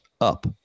up